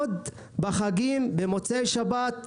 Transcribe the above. יונס ג'אמע, יושב-ראש ועד דן באר שבע בדרום,